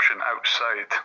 outside